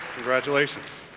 congratulations